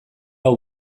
hau